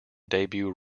debut